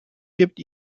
gibt